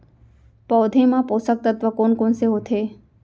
पौधे मा पोसक तत्व कोन कोन से होथे?